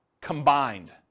combined